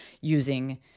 using